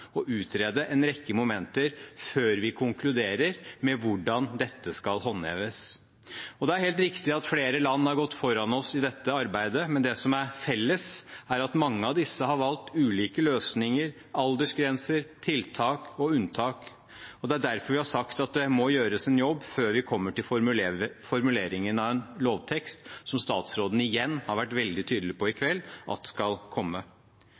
og utrede en rekke momenter før vi konkluderer med hvordan dette skal håndheves. Det er helt riktig at flere land har gått foran oss i dette arbeidet, men det som er felles, er at mange av disse har valgt ulike løsninger, aldersgrenser, tiltak og unntak. Det er derfor vi har sagt at det må gjøres en jobb før vi kommer til formuleringen av en lovtekst, som statsråden igjen har vært veldig tydelig på i kveld skal komme.